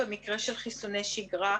במקרה של חיסוני שגרה,